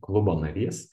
klubo narys